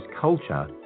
culture